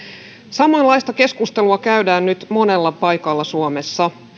samanlaista keskustelua käydään nyt monessa paikassa suomessa